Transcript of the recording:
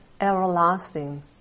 everlasting